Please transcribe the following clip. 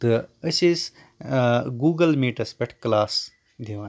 تہٕ أسۍ ٲسۍ گوٗگل میٖٹس پٮ۪ٹھ کٕلاس دِوان